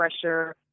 pressure